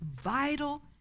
vital